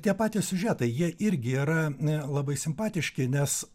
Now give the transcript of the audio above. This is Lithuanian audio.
tie patys siužetai jie irgi yra n labai simpatiški nes